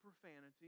profanity